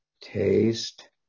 taste